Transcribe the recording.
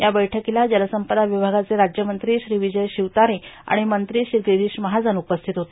या बैठकीला जलसंपदा विभागाचे राज्यमंत्री श्री विजय शिवतारे आणि मंत्री श्री गिरीष महाजन उपस्थित होते